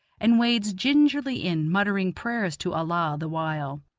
and wades gingerly in, muttering prayers to allah the while.